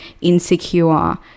insecure